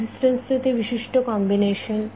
रेझीस्टन्सचे ते विशिष्ट कॉम्बिनेशन